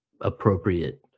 appropriate